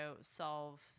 solve